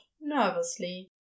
nervously